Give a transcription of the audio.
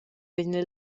vegnan